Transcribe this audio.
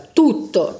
tutto